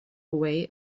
away